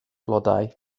blodau